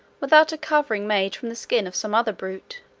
without a covering made from the skin of some other brute